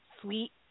sweet